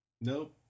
Nope